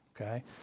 Okay